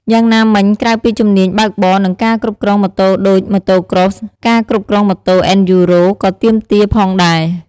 យ៉ាងណាមិញក្រៅពីជំនាញបើកបរ និងការគ្រប់គ្រងម៉ូតូដូច Motocross ការគ្រប់គ្រងម៉ូតូ អេនឌ្យូរ៉ូ (Enduro) ក៏ទាមទារផងដែរ។